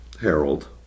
Harold